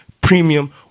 premium